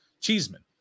Cheeseman